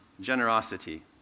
generosity